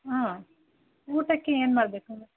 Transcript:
ಹಾಂ ಊಟಕ್ಕೆ ಏನು ಮಾಡಬೇಕು